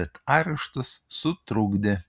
bet areštas sutrukdė